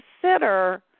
consider